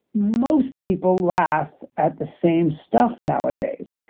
most people laugh at the same stuff nowadays.